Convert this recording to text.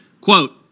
quote